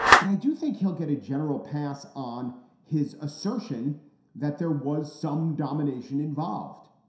but i do think he'll get a general pass on his assertion that there was some domination involved.